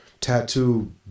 tattoo